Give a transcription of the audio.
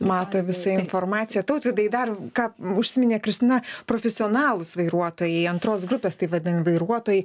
mato visa informaciją tautvydai dar ką užsiminė kristina profesionalūs vairuotojai antros grupės taip vadinami vairuotojai